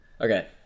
okay